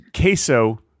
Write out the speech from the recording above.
Queso